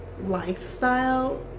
lifestyle